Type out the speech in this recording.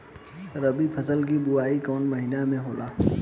रबी फसल क बुवाई कवना महीना में होला?